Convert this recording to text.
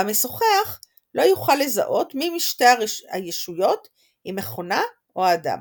והמשוחח לא יוכל לזהות מי משתי הישויות היא מכונה או אדם.